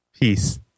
peace